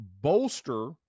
bolster